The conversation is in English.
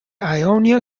ionia